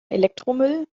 elektromüll